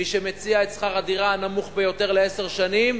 מי שמציע את שכר הדירה הנמוך ביותר לעשר שנים